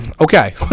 okay